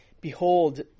Behold